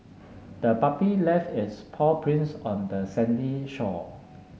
the puppy left its paw prints on the sandy shore